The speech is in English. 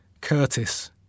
Curtis